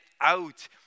out